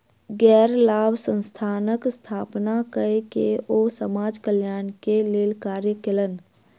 गैर लाभ संस्थानक स्थापना कय के ओ समाज कल्याण के लेल कार्य कयलैन